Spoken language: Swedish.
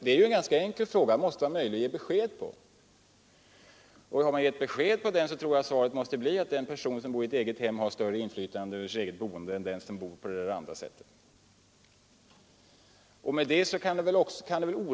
Det är ju en ganska enkel fråga, och det måste vara möjligt att ge besked på den, Beskedet måste bli att en person med ett eget hem har större inflytande över sitt boende. Då kan det inte vara